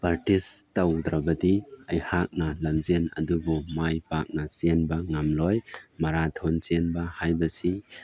practice ꯇꯧꯗ꯭ꯔꯕꯗꯤ ꯑꯩꯍꯥꯛꯅ ꯂꯝꯖꯦꯜ ꯑꯗꯨꯕꯨ ꯃꯥꯏ ꯄꯥꯛꯅ ꯆꯦꯟꯕ ꯉꯝꯂꯣꯏ ꯃꯔꯥꯊꯣꯟ ꯆꯦꯟꯕ ꯍꯥꯏꯕꯁꯤ